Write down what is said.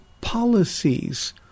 policies